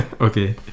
Okay